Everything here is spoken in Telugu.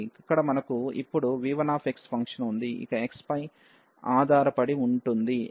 ఇక్కడ మనకు ఇప్పుడు v1 ఫంక్షన్ ఉంది ఇది x పై ఆధారపడి ఉంటుంది